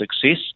success